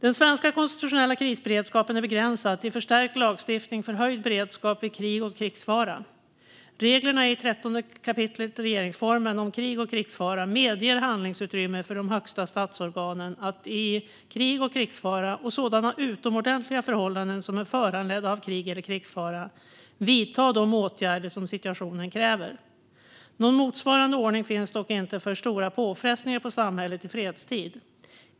Den svenska konstitutionella krisberedskapen är begränsad till förstärkt lagstiftning för höjd beredskap vid krig och krigsfara. Reglerna i 13 kap. regeringsformen om krig och krigsfara medger handlingsutrymme för de högsta statsorganen att i krig och krigsfara och sådana utomordentliga förhållanden som är föranledda av krig eller krigsfara vidta de åtgärder som situationen kräver. Något motsvarande finns dock inte för stora påfrestningar på samhället i fredstid.